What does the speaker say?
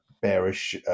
bearish